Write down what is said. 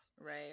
Right